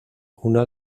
una